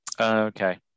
Okay